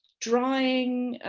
drawing,